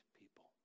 people